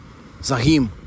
Zahim